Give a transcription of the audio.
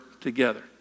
together